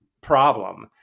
problem